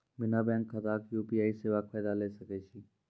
बिना बैंक खाताक यु.पी.आई सेवाक फायदा ले सकै छी?